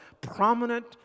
prominent